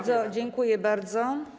Dziękuję bardzo.